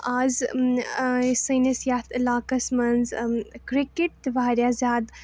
اَز سٲنِس یَتھ علاقَس منٛز کِرکَٹ تہِ واریاہ زیادٕ